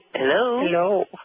Hello